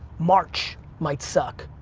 march might suck.